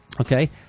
Okay